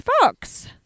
Fox